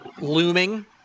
looming